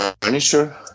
furniture